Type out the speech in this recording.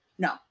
No